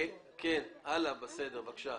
הלאה בבקשה.